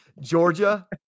Georgia